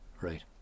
Right